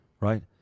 right